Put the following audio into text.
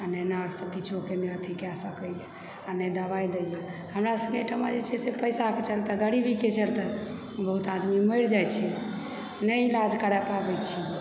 आ नहि नर्स किछुके अथी करि सकैए आ नहि दबाइ दयए हमरा सभकेँ अहिठमा जे छै से पैसाके चलते गरीबीके चलते बहुत आदमी मरि जाइत छै नहि इलाज करा पाबैत छी